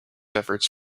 efforts